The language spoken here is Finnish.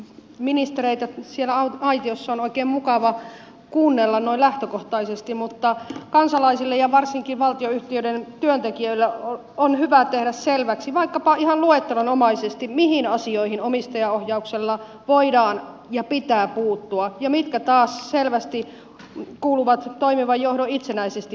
ministereitä siellä aitiossa on oikein mukava kuunnella noin lähtökohtaisesti mutta kansalaisille ja varsinkin valtionyhtiöiden työntekijöille on hyvä tehdä selväksi vaikkapa ihan luettelonomaisesti mihin asioihin omistajaohjauksella voidaan ja pitää puuttua ja mitkä taas selvästi kuuluvat toimivan johdon itsenäisesti päätettäviin asioihin